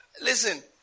Listen